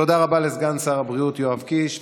תודה רבה לסגן שר הבריאות יואב קיש.